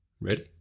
ready